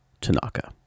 Tanaka